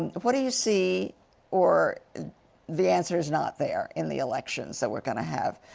what do you see or the answer is not there in the elections that we're going to have.